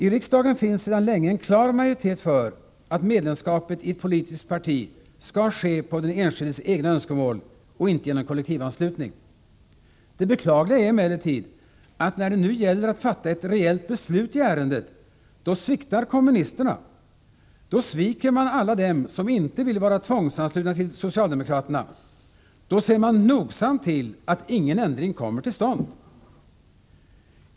I riksdagen finns sedan länge en klar majoritet för att medlemskapet i ett politiskt parti skall sökas på grundval av den enskildes egna önskemål och inte genom kollektivanslutning. Det beklagliga är emellertid att när det nu gäller att fatta ett reellt beslut i ärendet, då sviktar kommunisterna, då sviker man alla dem, som inte vill vara tvångsanslutna till socialdemokraterna, då ser man nogsamt till att ingen ändring kommer till stånd.